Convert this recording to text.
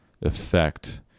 effect